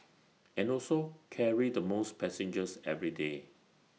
and also carry the most passengers every day